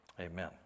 amen